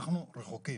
אנחנו רחוקים.